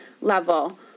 level